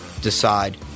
decide